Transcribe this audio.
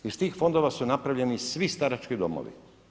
Iz tih fondova su napravljeni svih starački domovi.